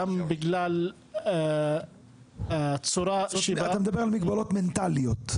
גם בגלל הצורה שבה --- אתה מדבר על מגבלות מנטליות?